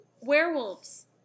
werewolves